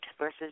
versus